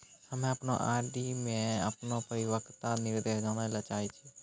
हम्मे अपनो आर.डी मे अपनो परिपक्वता निर्देश जानै ले चाहै छियै